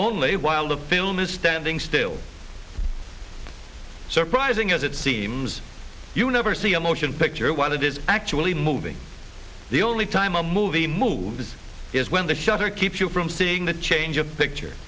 only while the film is standing still surprising as it seems you never see a motion picture while it is actually moving the only time a movie moves is when the shutter keeps you from seeing the change of picture